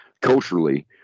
culturally—